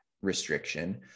restriction